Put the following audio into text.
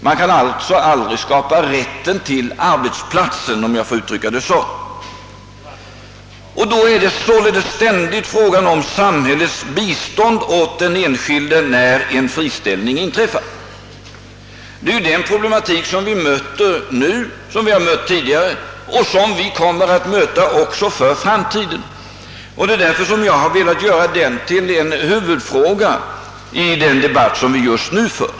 Man kan alltså aldrig skapa rätten till arbetsplatsen, om jag får uttrycka mig så. Samhällets bistånd till den enskilde blir ständigt aktuellt när en friställning sker. Det är ju den problematik som vi möter nu, som vi har mött tidigare och som vi kommer att möta också i framtiden. Det är därför jag har velat göra detta till en huvudfråga i den debatt vi just nu för.